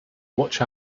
watch